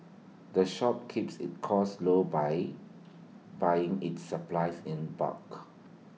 the shop keeps its costs low by buying its supplies in bulk